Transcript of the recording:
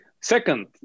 Second